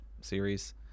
series